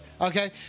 Okay